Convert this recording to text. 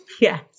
Yes